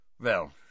Well